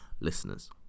listeners